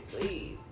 please